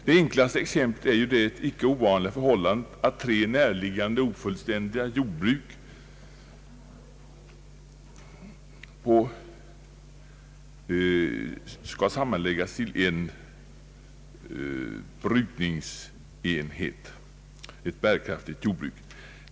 Det enklaste exemplet är det icke ovanliga förhållandet, att tre närliggande ofullständiga jordbruk skall sammanläggas till en brukningsenhet — ett bärkraftigt jordbruk.